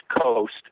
coast